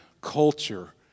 culture